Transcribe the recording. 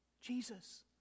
Jesus